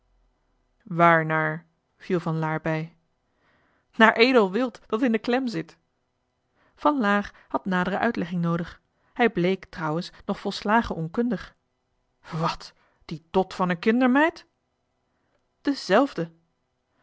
waarnaar viel van laer bij naar edel wild dat in de klem zit van laer had nadere uitlegging noodig hij bleek trouwens nog volslagen onkundig wat die dot van en kindermeid dezelfde